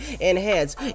enhance